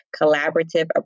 collaborative